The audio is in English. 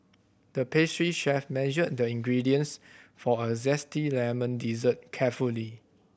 the pastry chef measured the ingredients for a zesty lemon dessert carefully